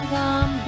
Come